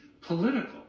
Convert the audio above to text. political